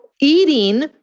eating